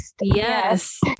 Yes